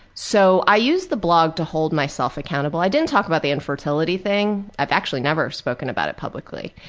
so, i used the blog to hold myself accountable. i didn't talk about the infertility thing. i've actually never spoken about it publically.